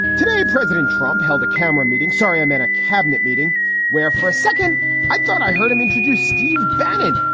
today, president trump held a camera meeting. sorry, i'm in a cabinet meeting where for a second i thought i heard him introduce steve bannon.